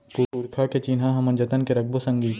पुरखा के चिन्हा हमन जतन के रखबो संगी